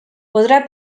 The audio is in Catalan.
podrà